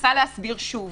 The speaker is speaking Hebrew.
ומנסה להסביר שוב